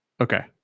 Okay